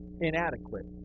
inadequate